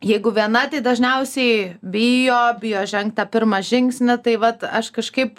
jeigu viena dažniausiai bijo bijo žengt tą pirmą žingsnį tai vat aš kažkaip